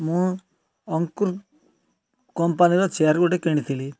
ମୁଁ ଅଙ୍କୁର୍ କମ୍ପାନିର ଚେୟାର୍ ଗୁଟେ କିଣିଥିଲି